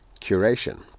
curation